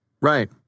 Right